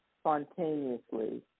spontaneously